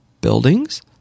buildings